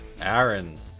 Aaron